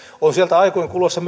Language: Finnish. on sieltä aikojen kuluessa